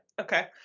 okay